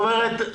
זאת אומרת,